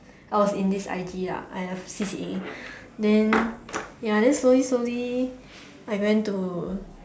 I was in this I_G lah kind of C_C_A then ya then slowly slowly I went to